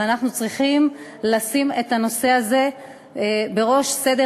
ואנחנו צריכים לשים את הנושא הזה בראש סדר